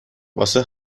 واسه